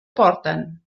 porten